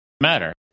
matter